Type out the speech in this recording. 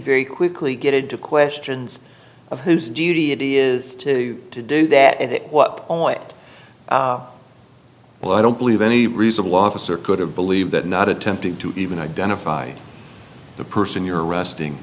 very quickly get into questions of whose duty it is to do that and what it well i don't believe any reasonable officer could have believed that not attempting to even identify the person you're arresting